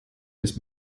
ist